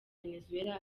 venezuela